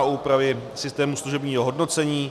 Úpravy systému služebního hodnocení.